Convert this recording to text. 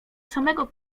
samego